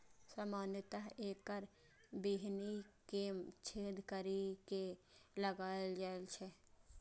सामान्यतः एकर बीहनि कें छेद करि के लगाएल जाइ छै